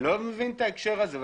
אני לא מבין את ההקשר הזה.